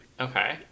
Okay